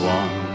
one